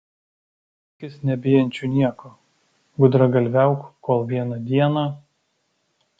dėkis nebijančiu nieko gudragalviauk kol vieną dieną